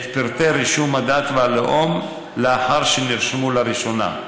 את פרטי רישום הדת והלאום לאחר שנרשמו לראשונה.